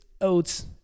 oats